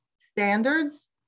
standards